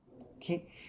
okay